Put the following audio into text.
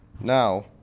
Now